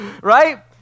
right